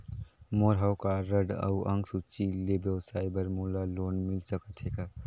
मोर हव कारड अउ अंक सूची ले व्यवसाय बर मोला लोन मिल सकत हे का?